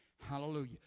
Hallelujah